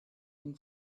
been